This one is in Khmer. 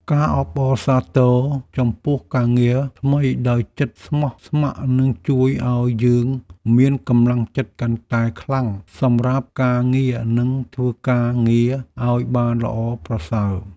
ការអបអរសាទរចំពោះការងារថ្មីដោយចិត្តស្មោះស្ម័គ្រនឹងជួយឱ្យយើងមានកម្លាំងចិត្តកាន់តែខ្លាំងសម្រាប់ការងារនិងធ្វើការងារឱ្យបានល្អប្រសើរ។